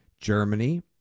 Germany